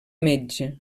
metge